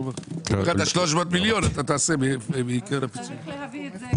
את ה-300 מיליון אתה תעשה מקרן הפיצויים.